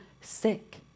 sick